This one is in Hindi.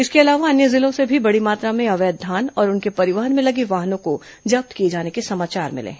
इसके अलावा अन्य जिलों से भी बड़ी मात्रा में अवैध धान और उसके परिवहन में लगे वाहनों को जब्त किए जाने के समाचार मिले हैं